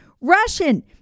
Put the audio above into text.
Russian